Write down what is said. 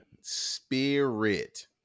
Spirit